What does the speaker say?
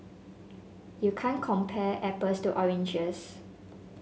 you can't compare apples to oranges